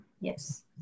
Yes